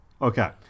Okay